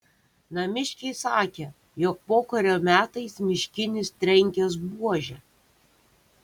namiškiai sakė jog pokario metais miškinis trenkęs buože